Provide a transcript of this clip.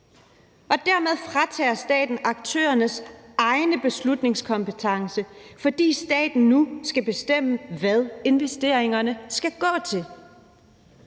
Og dermed fratager staten aktørernes egen beslutningskompetence, fordi staten nu skal bestemme, hvad investeringerne skal gå til.